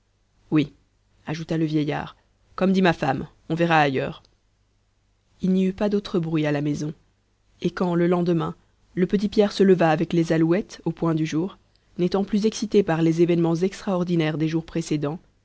oui ajouta le vieillard comme dit ma femme on verra ailleurs il n'y eut pas d'autre bruit à la maison et quand le lendemain le petit pierre se leva avec les alouettes au point du jour n'étant plus excité par les événements extraordinaires des jours précédents